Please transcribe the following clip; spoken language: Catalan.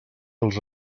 els